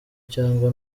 cyangwa